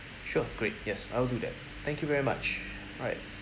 sure great yes I'll do that thank you very much alright